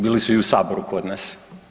Bili su i u Saboru kod nas.